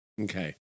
Okay